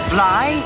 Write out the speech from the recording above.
Fly